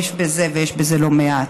יש בזה, ויש בזה לא מעט.